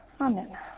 Amen